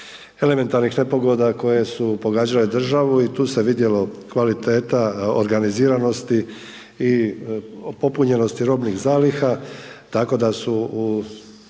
elementarnih nepogoda koje su pogađale državu i tu se vidjelo kvaliteta organiziranosti i popunjenosti robnih zaliha tako da su u